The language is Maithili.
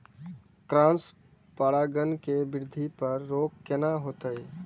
क्रॉस परागण के वृद्धि पर रोक केना होयत?